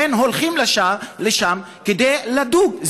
לכן הם הולכים לשם כדי לדוג.